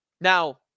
Now